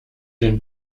den